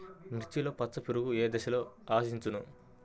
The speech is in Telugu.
మిర్చిలో పచ్చ పురుగు ఏ దశలో ఆశించును?